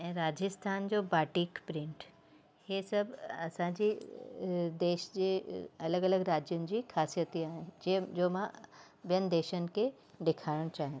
ऐं राजस्थान जो batik print इहे सभु असांजे देश जे अलॻि अलॻि राज्यनि जी ख़ासियतूं आहिनि जे जो मां ॿियनि देशनि खे ॾेखाइणु चाहियां थी